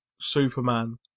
Superman